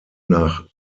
nach